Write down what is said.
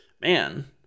man